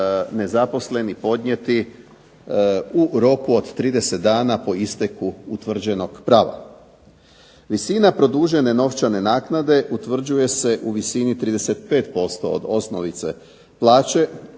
nezaposleni podnijeti u roku od 30 dana po isteku utvrđenog prava. Visina produžene novčane naknade utvrđuje se u visini 35% od osnovice plaće